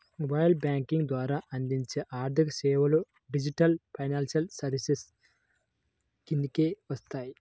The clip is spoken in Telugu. మొబైల్ బ్యేంకింగ్ ద్వారా అందించే ఆర్థికసేవలు డిజిటల్ ఫైనాన్షియల్ సర్వీసెస్ కిందకే వస్తాయి